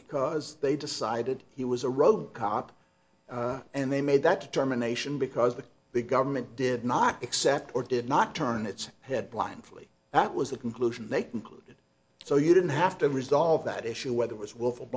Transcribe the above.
because they decided he was a rogue cop and they made that determination because the the government did not accept or did not turn its head blindly that was the conclusion they concluded so you didn't have to resolve that issue whether it was will